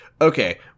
okay